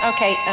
Okay